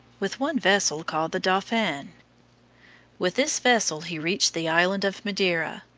with one vessel called the dauphine. with this vessel he reached the island of madeira,